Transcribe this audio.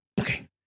okay